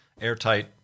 airtight